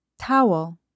towel